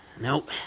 Nope